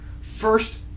First